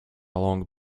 long